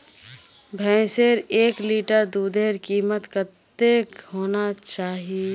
भैंसेर एक लीटर दूधेर कीमत कतेक होना चही?